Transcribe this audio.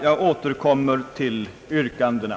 Jag återkommer beträffande yrkandena.